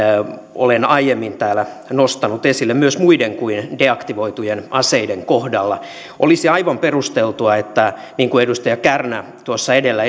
olen aiemmin täällä nostanut esille myös muiden kuin deaktivoitujen aseiden kohdalla olisi aivan perusteltua niin kuin edustaja kärnä tuossa edellä